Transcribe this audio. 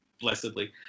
blessedly